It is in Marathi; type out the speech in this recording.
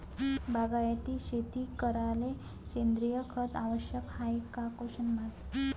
बागायती शेती करायले सेंद्रिय खत आवश्यक हाये का?